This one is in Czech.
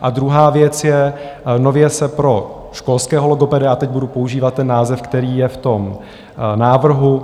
A druhá věc je: nově se pro školského logopeda a teď budu používat název, který je v tom návrhu,